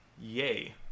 yay